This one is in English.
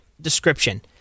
description